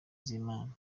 z’imana